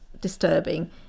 disturbing